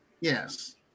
Yes